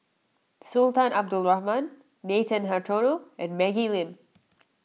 Sultan Abdul Rahman Nathan Hartono and Maggie Lim